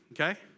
okay